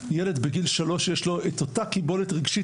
ילד בגיל שלוש יש לו את אותה קיבולת רגשית,